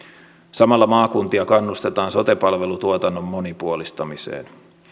samalla maakuntia kannustetaan sote palvelutuotannon monipuolistamiseen